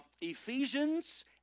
Ephesians